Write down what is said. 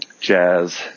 jazz